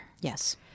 Yes